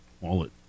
Wallet